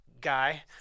guy